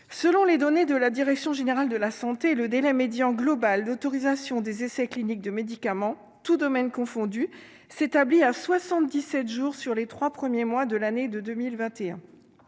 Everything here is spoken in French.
selon les données de la direction générale de la santé, le délai médian global d'autorisation des essais cliniques de médicaments, tous domaines confondus, s'établit à 77 jours sur les 3 premiers mois de l'année, de 2021